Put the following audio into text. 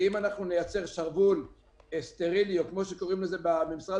ואם נייצר שרוול סטרילי או כמו שקוראים לזה במשרד